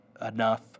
enough